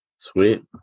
Sweet